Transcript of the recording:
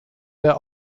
der